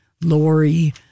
Lori